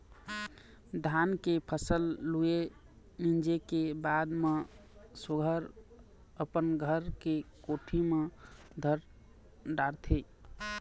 धान के फसल लूए, मिंजे के बाद म सुग्घर अपन घर के कोठी म धर डारथे